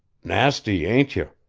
nasty, ain't you?